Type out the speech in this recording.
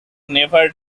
never